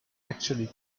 actually